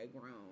grown